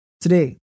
today